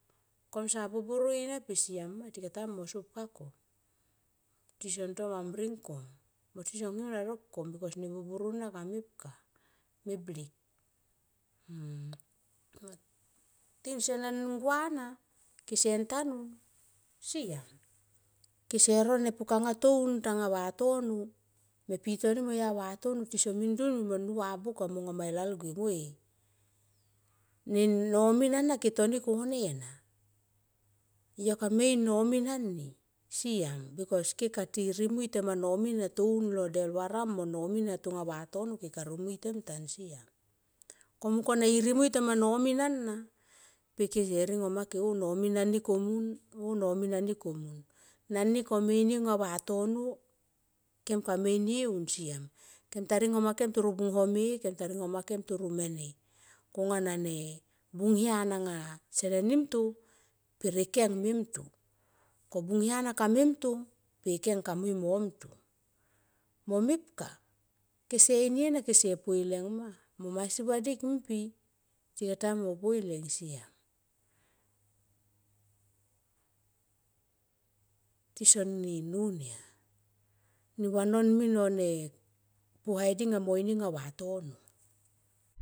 Kom sa boboroi na pe siam ma tika ta mui mo sa pka kom ti son to mamring kom mo tison tomamring kom mo tison ngen alol kom bikos ne boboro na ka mepka me blik. Ti seneng gua na kesen tanun siam kese ro puka nga toun tanga va tono me ne va buka monga ma e ialguem. Vei nomin ana ke toni kone na yo kame in nomin ani siam bikos ke kati rimui tema nomin anga toun lo del vanam mo min nga vatono keka remui tem tan siam. Ko i mung kone i remui tema nomin ana pe ke se ringo make oh nomin ani komun oh nomin ani komun. Nani kome inie anga vatono ke kame inie un siam. kem ta ringoma kem toro mene konga na ne bung yan anga sene nim to per e keng mem to ko bung ya anga kamem nto pe keng kami mui mo mnto mo kepka kese inie na kese poileng ma, masi vadi ngpi tikata mui mo poi leng siam. Tisonin nun ya tison ninun ya ne vanon min oh ne puhal di nga mo inie anga vatono.